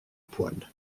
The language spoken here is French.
poils